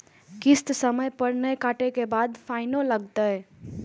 किस्त समय पर नय कटै के बाद फाइनो लिखते?